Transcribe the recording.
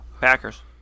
Packers